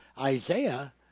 Isaiah